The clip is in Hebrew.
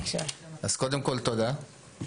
קודם כל, תודה.